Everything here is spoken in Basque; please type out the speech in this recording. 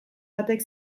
batek